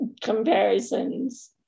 comparisons